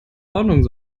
ordnung